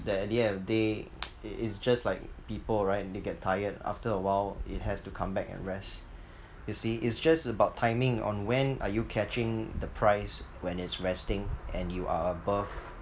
that at the end of the day it is just like people right and they get tired after a while it has to come back and rest you see it's just about timing on when are you catching the price when it's resting and you are above